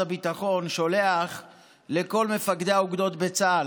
הביטחון שולח לכל מפקדי האוגדות בצה"ל: